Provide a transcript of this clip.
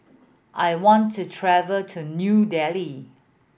I want to travel to New Delhi